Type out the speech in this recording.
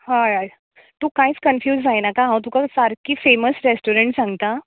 हय हय तू कांयच कन्फ्यूज जाय नाका हांव तुका सारकी फेमस रेस्टोरंट सांगता